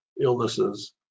illnesses